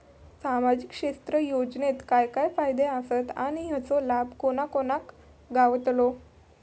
सामजिक क्षेत्र योजनेत काय काय फायदे आसत आणि हेचो लाभ कोणा कोणाक गावतलो?